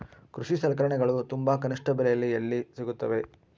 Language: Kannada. ಕೃಷಿ ಸಲಕರಣಿಗಳು ತುಂಬಾ ಕನಿಷ್ಠ ಬೆಲೆಯಲ್ಲಿ ಎಲ್ಲಿ ಸಿಗುತ್ತವೆ?